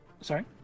sorry